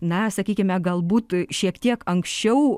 na sakykime galbūt šiek tiek anksčiau